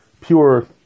pure